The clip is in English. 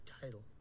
title